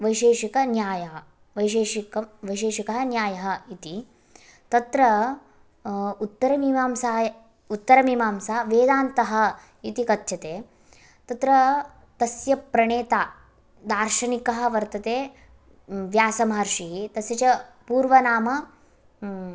वैशेशिक न्यायः वैशेशिकं वैशेषिकः न्यायः इति तत्र उत्तरमीमांसाय उत्तरमीमांसा वेदान्तः इति कथ्यते तत्र तस्य प्रणेता दार्शनिकः वर्तते व्यासमहर्षिः तस्य च पूर्वनाम